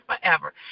forever